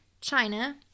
China